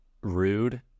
rude